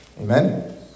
Amen